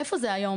איפה זה היום?